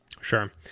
sure